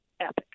epic